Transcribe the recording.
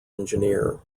engineer